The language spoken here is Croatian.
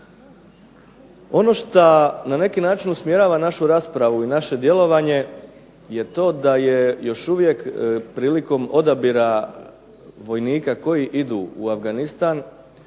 Ono što na neki način usmjerava našu raspravu, naše djelovanje je to da još uvijek prilikom odabira vojnika koji idu u Afganistan